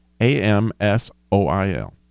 A-M-S-O-I-L